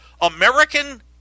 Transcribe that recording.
American